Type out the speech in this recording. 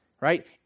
right